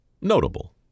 notable